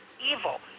evil